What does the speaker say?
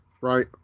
right